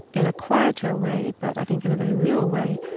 in a quieter way, but i think in a very real way,